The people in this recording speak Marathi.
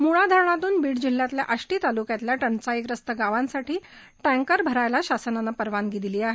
मुळा धरणातून बीड जिल्ह्यातल्या आष्टी तालुक्यातल्या टंचाईग्रस्त गावांसाठी टँकर भरण्यास शासनाने परवानगी दिली आहे